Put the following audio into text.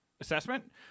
assessment